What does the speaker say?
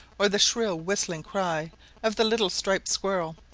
or the shrill whistling cry of the little striped squirrel,